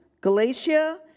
Galatia